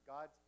God